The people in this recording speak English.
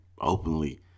openly